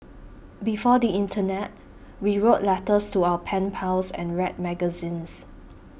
before the internet we wrote letters to our pen pals and read magazines